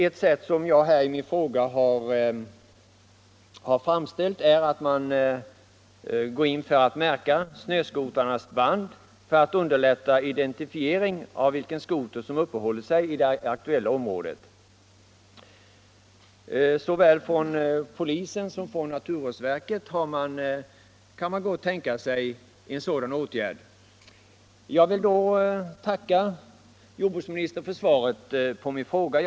En möjlighet som jag har angivit i min fråga är att man går in för att märka snöskotrarnas band i syfte att underlätta identifieringen av de skotrar som uppehållit sig inom ett område som blir aktuellt. Såväl polisen som naturvårdsverket kan gott tänka sig en sådan åtgärd. Jag vill tacka jordbruksministern för svaret på min fråga.